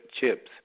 chips